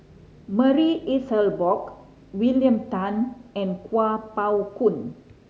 Marie Ethel Bong William Tan and Kuo Pao Kun